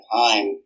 time